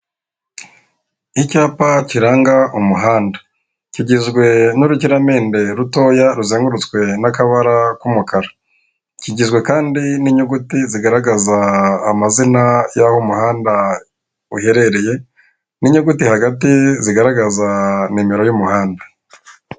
Icyapa kiranga umuhanda kigizwe n'urukiramende rutoya ruzengurutswe n'akabara k'umukara, kigizwe kandi n'inyuguti zigaragaza amazina y'aho umuhanda uherereye n'inyuguti hagati zigaragaza nimero y'umuhanda.